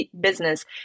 business